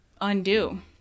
undo